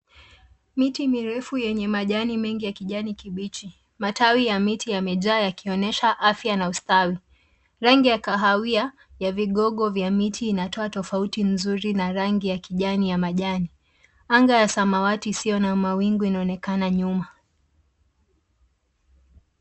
Miti mirefu yenye majani mengi ya kijani kibichi. Matawi ya miti yamejaa yakionesha afya na ustawi. Rangi ya kahawia ya vigogo vya miti inatoa tofauti nzuri, na rangi ya kijani ya majani. Anga ya samawati isiyo na mawingu inaonekana nyuma.